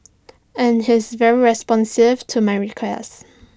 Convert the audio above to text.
and he's very responsive to my requests